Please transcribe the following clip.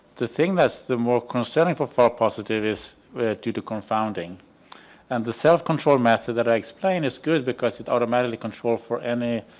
the thing that's the more concerning for false positives is where due to confounding and the self control method that i explain is good because it automatically control for any